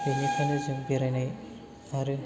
बेनिखायनो जों बेरायनाय आरो